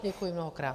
Děkuji mnohokrát.